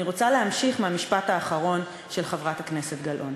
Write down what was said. אני רוצה להמשיך מהמשפט האחרון של חברת הכנסת גלאון.